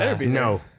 No